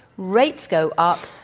rates go up,